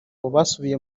basubiye